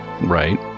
Right